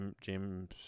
James